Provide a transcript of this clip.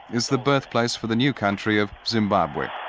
is the birthplace for the new country of zimbabwe.